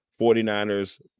49ers